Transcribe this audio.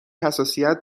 حساسیت